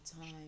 time